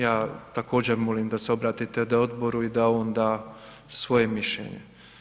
Ja također molim da se obratite odboru i da on da svoje mišljenje.